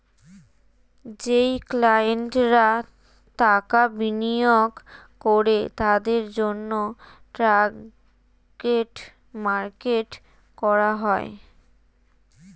যেই ক্লায়েন্টরা টাকা বিনিয়োগ করে তাদের জন্যে টার্গেট মার্কেট করা হয়